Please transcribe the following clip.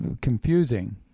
confusing